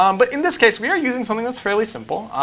um but in this case, we are using something that's fairly simple,